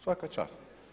Svaka čast.